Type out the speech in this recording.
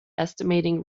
estimating